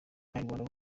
abanyarwanda